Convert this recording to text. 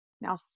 now